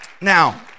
Now